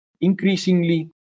Increasingly